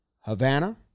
Havana